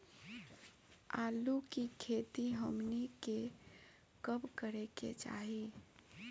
आलू की खेती हमनी के कब करें के चाही?